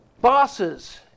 bosses